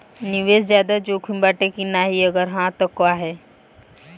निवेस ज्यादा जोकिम बाटे कि नाहीं अगर हा तह काहे?